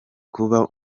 kuba